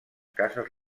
cases